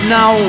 Now